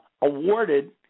awarded